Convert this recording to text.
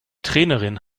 trainerin